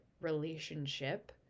relationship